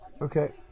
Okay